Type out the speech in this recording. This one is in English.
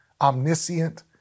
omniscient